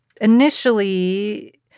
initially